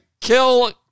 kill